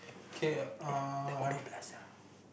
okay uh I'm